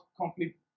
complete